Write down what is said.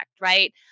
Right